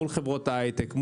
מול חברות ההייטק,